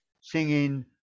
singing